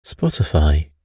Spotify